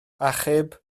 achub